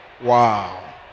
wow